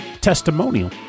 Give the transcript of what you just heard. testimonial